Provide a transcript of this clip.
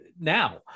Now